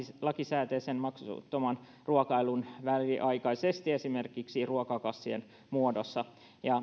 lakisääteisen maksuttoman ruokailun väliaikaisesti esimerkiksi ruokakassien muodossa